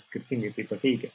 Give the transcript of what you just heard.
skirtingai tai pateikia